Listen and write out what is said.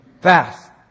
Fast